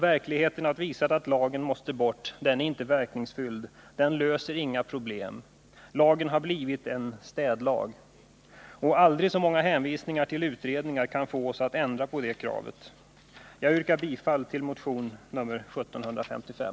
Verkligheten har visat att lagen måste bort. Den är inte verkningsfull. Den löser inga problem. Lagen har blivit en städlag. Aldrig så många hänvisningar till utredningar kan få oss att ändra på detta krav. Fru talman! Jag yrkar bifall till motionen nr 1755.